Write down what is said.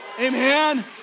Amen